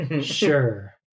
Sure